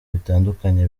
bitandukanye